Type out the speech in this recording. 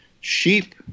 Sheep